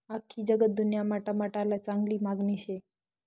आख्खी जगदुन्यामा टमाटाले चांगली मांगनी शे